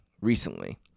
recently